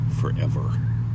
forever